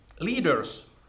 leaders